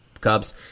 Cubs